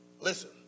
Listen